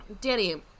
Danny